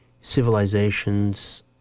civilizations